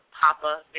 papa